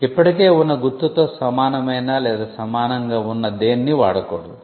ఇప్పటికే ఉన్న గుర్తుతో సమానమైన లేదా సమానంగా ఉన్న దేన్నీ వాడకూడదు